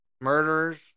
murderers